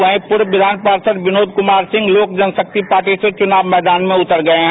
वहीं पूर्व विधान पार्षद विनोद कुमार सिंह लोक जनशक्ति पार्टी चुनावी मैदान में उतर गये हैं